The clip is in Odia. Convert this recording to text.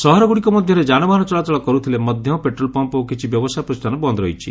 ସହରଗୁଡ଼ିକ ମଧ୍ଧରେ ଯାନବାହାନ ଚଳାଚଳ କରୁଥିଲେ ମଧ ପେଟ୍ରୋଲ୍ ପମ୍ମ ଓ କିଛି ବ୍ୟବସାୟ ପ୍ରତିଷ୍ଷାନ ବନ୍ଦ ରହିଛି